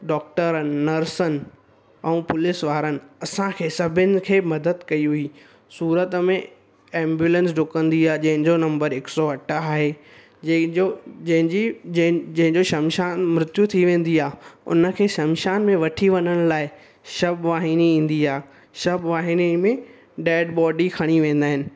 डॉक्टरनि नर्सनि ऐं पुलिस वारनि असांखे सभिनि खे मदद कई हुई सूरत में एम्बुलंस डुकंदी आहे जंहिंजो नंबर हिकु सौ अठ आहे जंहिंजो जंहिंजी जें जंहिंजो शमशान मृत्यु थी वेंदी आहे उनखे शमशान में वठी वञनि लाइ शव वाहिनी ईंदी आहे शव वाहिनी में डेड बॉडी खणी वेंदा आहिनि